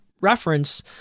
Reference